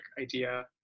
idea